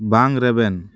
ᱵᱟᱝ ᱨᱮᱵᱮᱱ